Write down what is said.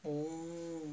oh